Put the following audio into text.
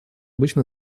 обычно